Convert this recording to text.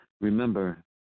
Remember